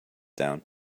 down